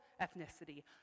ethnicity